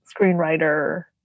screenwriter